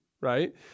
Right